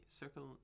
circle